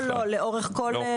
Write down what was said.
לא, לאורך כל.